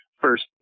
first